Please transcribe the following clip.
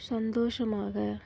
சந்தோஷமாக